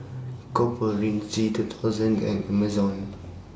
Copper Ridge G two thousand and Amazon